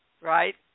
Right